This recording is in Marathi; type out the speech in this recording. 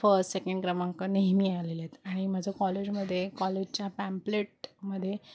फ सेकंड क्रमांक नेहमी आलेले आहेत आणि माझं कॉलेजमध्ये कॉलेजच्या पॅम्पलेटमध्ये